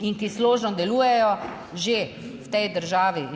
in ki složno delujejo že v tej državi